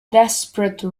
desperate